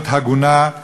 להיות הגונה,